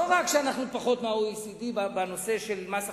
לא רק שאנחנו פחות מ-OECD בנושא של מס הכנסה,